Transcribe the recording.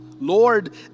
Lord